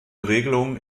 regelung